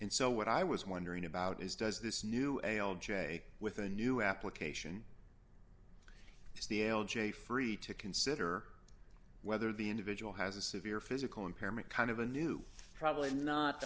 and so what i was wondering about is does this new ale j with a new application steel j free to consider whether the individual has a severe physical impairment kind of a new problem not